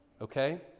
okay